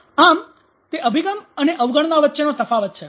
આમ તે અભિગમ અને અવગણના વચ્ચેનો તફાવત છે